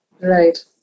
Right